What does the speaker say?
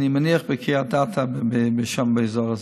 ואני מניח שזה יהיה בקריית אתא או באזור הזה.